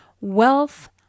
wealth